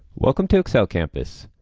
welcome to so campus.